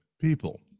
people